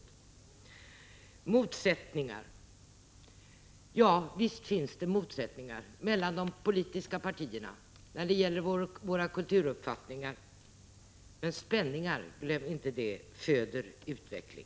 Ing-Marie Hansson talade om motsättningar, och naturligtvis finns det motsättningar mellan de politiska partierna när det gäller våra kulturuppfattningar. Men spänningar — glöm inte det! — föder utveckling.